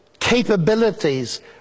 capabilities